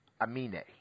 amine